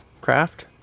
craft